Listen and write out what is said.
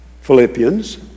Philippians